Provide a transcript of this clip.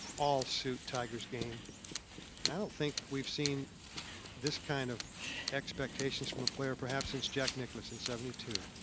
all suit tigers game i don't think we've seen this kind of expectations from a player. perhaps since jack nicklaus in seventy-two.